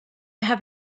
have